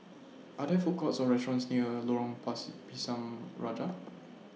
Are There Food Courts Or restaurants near Lorong Pisang Raja